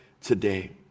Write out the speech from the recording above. today